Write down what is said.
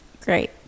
great